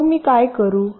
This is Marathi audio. मग मी काय करू